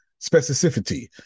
Specificity